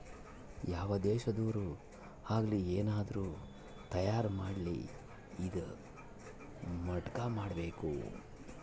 ಯಾವ್ ದೇಶದೊರ್ ಆಗಲಿ ಏನಾದ್ರೂ ತಯಾರ ಮಾಡ್ಲಿ ಇದಾ ಮಟ್ಟಕ್ ಮಾಡ್ಬೇಕು